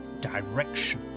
direction